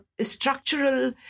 structural